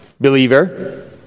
believer